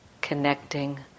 connecting